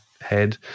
head